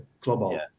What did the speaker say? global